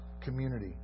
community